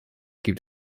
gibt